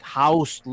house